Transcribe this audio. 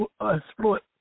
exploit